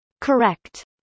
correct